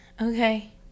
Okay